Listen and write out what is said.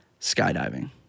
skydiving